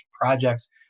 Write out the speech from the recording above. projects